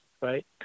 right